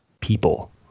people